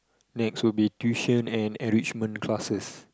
next would be tuition and enrichment classes